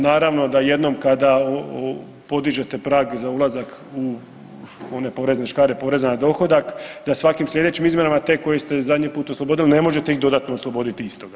Naravno jednom kada podižete prag za ulazak u one porezne škare poreza na dohodak da svakim slijedećim izmjenama te koje ste zadnji put oslobodili ne možete ih dodatno osloboditi istoga.